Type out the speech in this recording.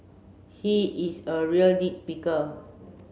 he is a real nit picker